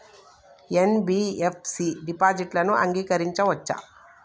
NBFC డిపాజిట్లను అంగీకరించవచ్చా?